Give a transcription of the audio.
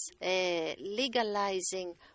legalizing